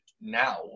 now